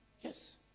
Yes